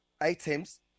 items